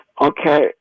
Okay